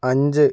അഞ്ച്